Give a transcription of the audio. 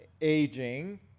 aging